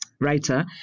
writer